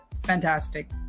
fantastic